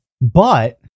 but-